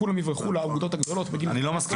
כולם יבחרו לאגודות הגדולות --- אני לא מסכים.